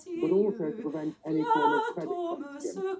but also to prevent any form of credit crunch jim